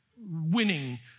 winning